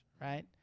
right